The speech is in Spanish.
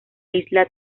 isla